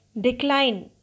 decline